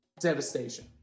devastation